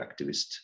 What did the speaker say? activist